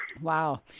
Wow